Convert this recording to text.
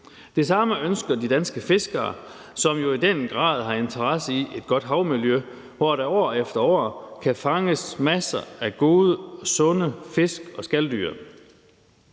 Det samme ønsker de danske fiskere, som jo i den grad har interesse i et godt havmiljø, hvor der år efter år kan fanges masser af gode og sunde fisk og skaldyr.